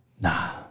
nah